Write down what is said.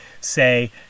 say